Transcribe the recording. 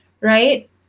right